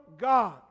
God